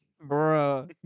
Bro